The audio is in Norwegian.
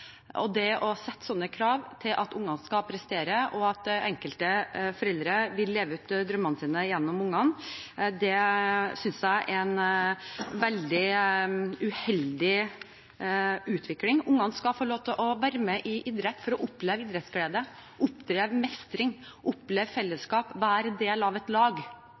Å sette slike krav til at ungene skal prestere, og at enkelte foreldre vil leve ut drømmene sine gjennom ungene, synes jeg er en veldig uheldig utvikling. Ungene skal få lov til å være med i idrett for å oppleve idrettsglede, mestring, fellesskap og det å være en del av et lag.